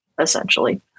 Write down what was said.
essentially